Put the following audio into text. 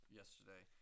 yesterday